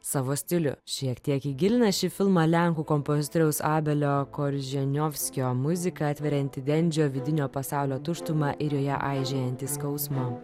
savo stilių šiek tiek įgilina šį filmą lenkų kompozitoriaus abelio korženiovskio muzika atverianti dendžio vidinio pasaulio tuštumą ir joje aižėjantį skausmą